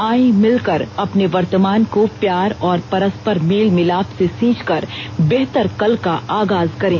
आए मिलकर अपने वर्तमान केो प्यार और परस्पर मेलभिलाप से सींचकर बेहतर कल का आगाज करें